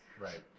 Right